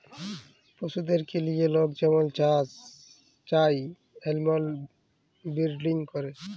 পশুদেরকে লিঁয়ে লক যেমল চায় এলিম্যাল বিরডিং ক্যরে